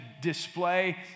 display